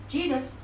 Jesus